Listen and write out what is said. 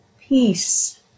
peace